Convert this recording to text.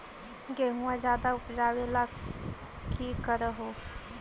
गेहुमा ज्यादा उपजाबे ला की कर हो?